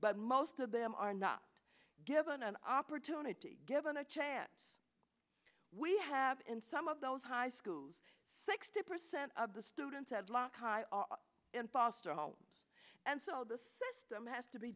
but most of them are not given an opportunity given a chance we have in some of those high schools sixty percent of the students at lock high are in foster homes and so the system has to be